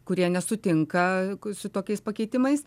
kurie nesutinka su tokiais pakeitimais